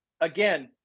again